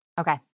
Okay